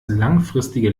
langfristige